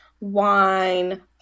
wine